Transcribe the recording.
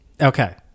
Okay